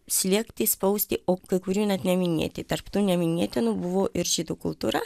slėgti spausti o kai kurių net neminėti tarp tų neminėtinų buvo ir žydų kultūra